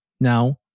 now